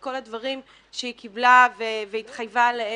כל הדברים שהיא קיבלה והתחייבה עליהם,